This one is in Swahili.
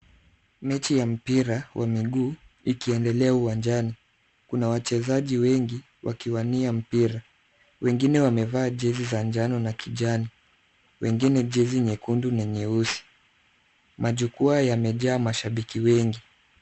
Mechi ya mpira wa miguu ikiendelea uwanjani. Kuna wachezaji wengi wakiwania mpira. Wengine wamevaa jezi za njano na kijani. Wengine jezi nyekundu na nyeusi. Majukwaa yamejaa mashabiki wengi.